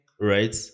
right